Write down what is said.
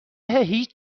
هیچ